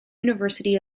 university